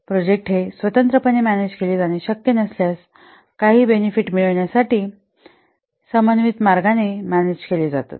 project स्वतंत्रपणे manage केले जाणे शक्य नसल्यास काही बेनेफिट मिळविण्यासाठी समन्वित मार्गाने मॅनेज केले जातात